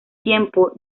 tiempo